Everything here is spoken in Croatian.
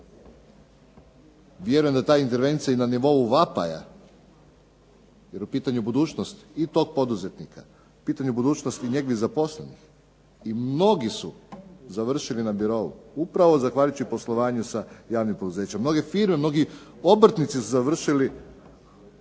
vjerujem da je ta intervencija na nivou vapaja, jer je u pitanju budućnosti i tog poduzetnika, pitanje budućnosti njegovih zaposlenih i mnogi su završili na birou upravo zahvaljujući poslovanju sa javnim poduzećima. Mnoge firme, mnogi obrtnici su završili